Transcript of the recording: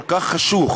כל כך חשוך,